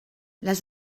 les